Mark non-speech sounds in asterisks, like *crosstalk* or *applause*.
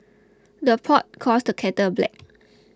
the pot calls the kettle black *noise*